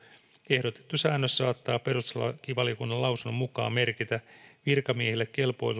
ehdotettu säännös saattaa perustuslakivaliokunnan lausunnon mukaan merkitä virkamiehille